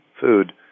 food